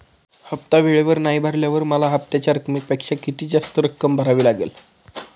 हफ्ता वेळेवर नाही भरल्यावर मला हप्त्याच्या रकमेपेक्षा किती जास्त रक्कम भरावी लागेल?